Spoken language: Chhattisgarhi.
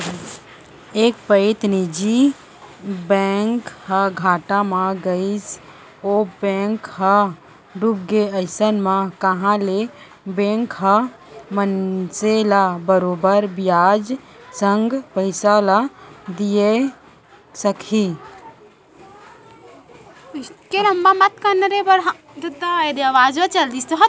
एक पइत निजी बैंक ह घाटा म गइस ओ बेंक ह डूबगे अइसन म कहॉं ले बेंक ह मनसे ल बरोबर बियाज संग पइसा ल दिये सकही